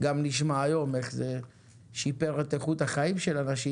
גם נשמע היום איך זה שיפר את איכות החיים של אנשים,